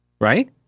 right